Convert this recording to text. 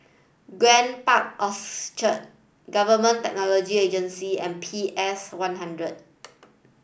Grand Park Orchard Government Technology Agency and C M P S one hundred